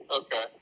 Okay